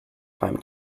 time